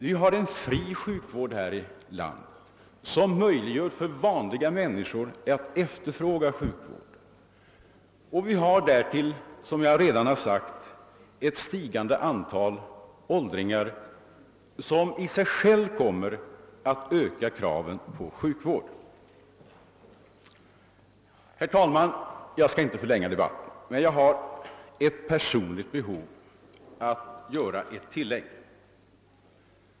Vi har en fri sjukvård i vårt land, vilket möjliggör för vanliga människor att efterfråga denna, och vi har därtill, såsom jag redan har påpekat, ett stigande antal åldringar vilket i sig självt kommer att öka kraven på sjukvård. Herr talman! Jag skall inte förlänga debatten, men jag känner ett personligt behov av att göra ett tillägg.